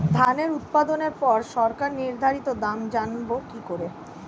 ধান উৎপাদনে পর সরকার নির্ধারিত দাম জানবো কি করে?